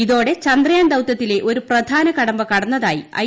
ഇതോടെ ചന്ദ്രയാൻ ദൌതൃത്തിലെ ഒരു പ്രധാന കടമ്പ കടന്നതായി ഐ